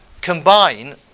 combine